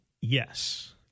yes